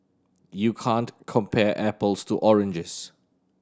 you can't compare apples to oranges